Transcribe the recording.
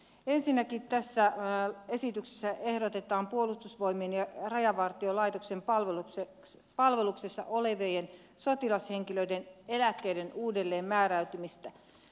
ensinnäkin tässä esityksessä ehdotetaan puolustusvoimien ja rajavartiolaitoksen palveluksessa olevien sotilashenkilöiden eläkkeiden uudelleen määräytymistä